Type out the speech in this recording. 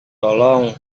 tolong